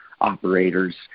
operators